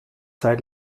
seit